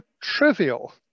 trivial